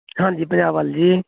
ਹਾਂਜੀ ਪੰਜਾਬ ਵੱਲ ਜੀ